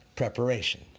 Preparation